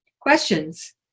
questions